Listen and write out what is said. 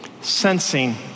sensing